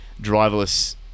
driverless